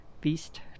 beast